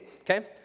okay